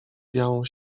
białą